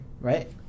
right